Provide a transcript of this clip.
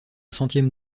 centième